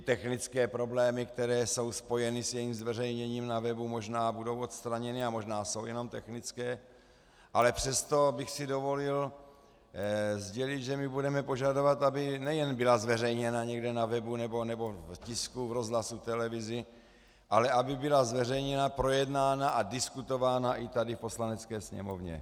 Technické problémy, které jsou spojeny s jejím zveřejněním na webu, možná budou odstraněny a možná jsou jenom technické, ale přesto bych si dovolil sdělit, že my budeme požadovat, aby nejen byla zveřejněna někde na webu nebo v tisku, rozhlasu, v televizi, ale aby byla zveřejněna, projednána a diskutována i tady v Poslanecké sněmovně.